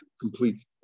complete